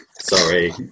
Sorry